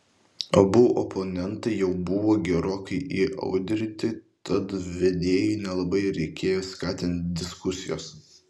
abu oponentai jau buvo gerokai įaudrinti tad vedėjui nelabai ir reikėjo skatinti diskusijos